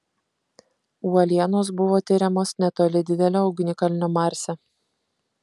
uolienos buvo tiriamos netoli didelio ugnikalnio marse